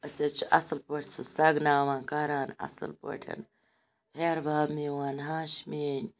أسۍ حظ چھِ اَصل پٲٹھۍ سُہ سَگناوان کَران اَصل پٲٹھۍ ہیٚہَر بب میٚون ہَش میٲنٛۍ